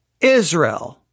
Israel